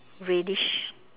reddish